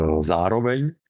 Zároveň